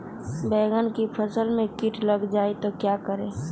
बैंगन की फसल में कीट लग जाए तो क्या करें?